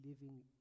living